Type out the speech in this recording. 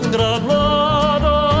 Granada